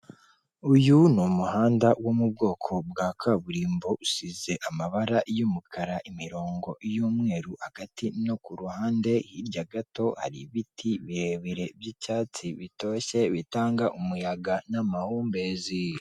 Uyu ni umuhanda wo mu bwoko bwa kaburimbo usize amabara y'umukara imirongo y'umweru hagati no kuhande, hirya gato hari ibiti birebire by'icyatsi bitoshye bitanga umuyaga n'amahumbezi.